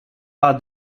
are